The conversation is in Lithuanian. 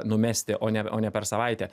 numesti o ne o ne per savaitę